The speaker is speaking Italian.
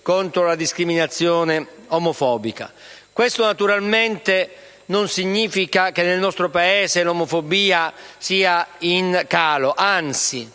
anche la discriminazione omofobica. Questo naturalmente non significa che nel nostro Paese l'omofobia sia in calo; anzi,